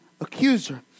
accuser